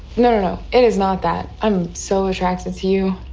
no, no. it is not that. i'm so attracted to you.